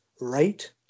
right